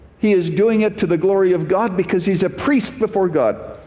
he is doing it to the glory of god because he's a priest before god.